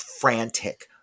frantic